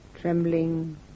Trembling